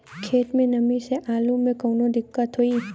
खेत मे नमी स आलू मे कऊनो दिक्कत होई?